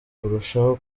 kurushaho